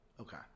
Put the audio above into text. Okay